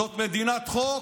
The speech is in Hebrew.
זאת מדינת חוק,